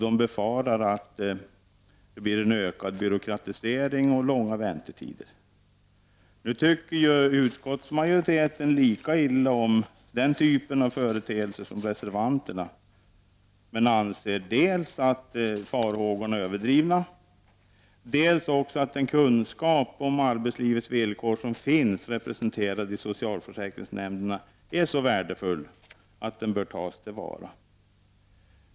Reservanterna befarar en ökad byråkratisering och långa väntetider. Utskottsmajoriteten tycker lika illa om den typen av företeelser som reservanterna, men man anser dels att farhågorna är överdrivna, dels att den kunskap om arbetslivets villkor som finns representerad i socialförsäkringsnämnderna är så värdefull att den bör tas till vara.